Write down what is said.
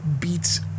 beats